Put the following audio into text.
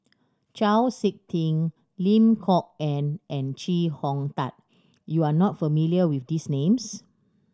Chau Sik Ting Lim Kok Ann and Chee Hong Tat you are not familiar with these names